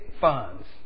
funds